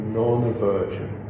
non-aversion